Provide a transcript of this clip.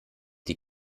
die